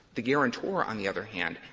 the guarantor, on the other hand,